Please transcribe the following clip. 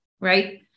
right